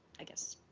i guess,